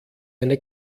eine